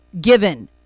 given